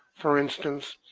for instance,